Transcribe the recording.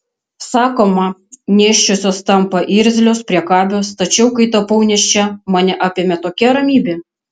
sakoma nėščiosios tampa irzlios priekabios tačiau kai tapau nėščia mane apėmė tokia ramybė